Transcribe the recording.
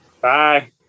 bye